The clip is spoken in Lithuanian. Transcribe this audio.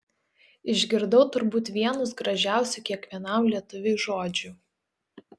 išgirdau turbūt vienus gražiausių kiekvienam lietuviui žodžių